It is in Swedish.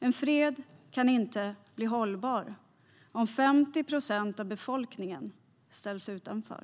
En fred kan inte bli hållbar om 50 procent av befolkningen ställs utanför.